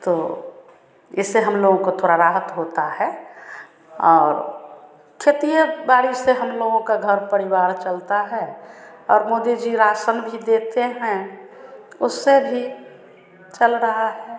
तो इससे हमलोगों को थोड़ी राहत होती है और खेतिए बाड़ी से हमलोगों का घर परिवार चलता है और मोदी जी राशन भी देते हैं उससे भी चल रहा है